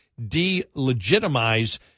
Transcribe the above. delegitimize